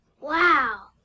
Wow